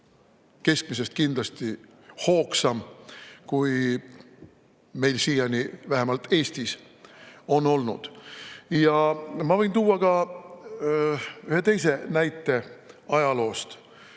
keskmisest kindlasti hoogsam, kui meil siiani vähemalt Eestis on olnud. Ma võin tuua ka ühe teise näite ajaloost.